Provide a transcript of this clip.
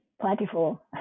plentiful